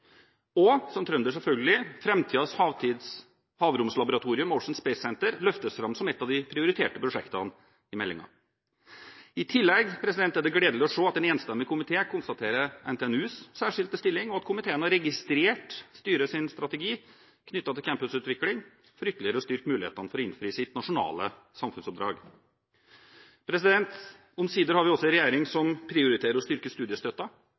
Og som trønder er jeg særlig glad for at framtidens havromslaboratorium Ocean Space Center løftes fram som et av de prioriterte prosjektene i meldingen. I tillegg er det gledelig å se at en enstemmig komité konstaterer NTNUs særskilte stilling, og at komiteen har registrert styrets strategi knyttet til campusutvikling for ytterligere å styrke mulighetene for å innfri sitt nasjonale samfunnsoppdrag. Omsider har vi også en regjering som prioriterer å styrke